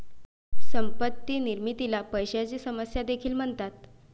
संपत्ती निर्मितीला पैशाची समस्या देखील म्हणतात